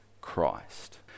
Christ